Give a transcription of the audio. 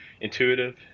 intuitive